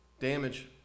Damage